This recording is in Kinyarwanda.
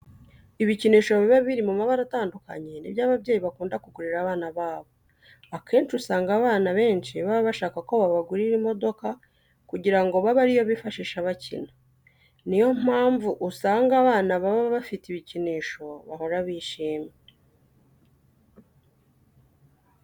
Ibikinisho biba biri mu mabara atandukanye ni byo ababyeyi bakunda kugurira abana babo. Akenshi usanga abana benshi baba bashaka ko babagurira imodoka kugira ngo babe ari yo bifashisha bakina. Ni yo mpamvu usanga abana bafite ibikinisho bahora bishimye.